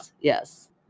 Yes